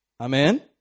Amen